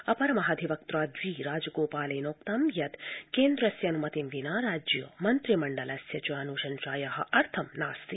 अपर महाधिवक्त्रा जी राजगोपालेनोक्त यत् केन्द्रस्यानमति विना राज्य मन्त्रिमण्डलस्य अन्शंसायाः अर्थं नास्ति